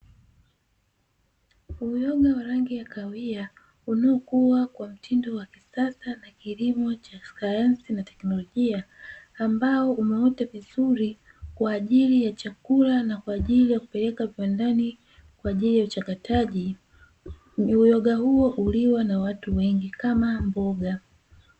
Uyoga wa rangi ya kahawia unaokua kwa mtindo wa kisasa na kilimo cha sayansi na teknolojia, ambao umeota vizuri kwa ajili ya chakula na kwa ajili ya kupeleka viwandani, kwa ajili ya uchakataji; uyoga huo huliwa na watu wengi kama mboga.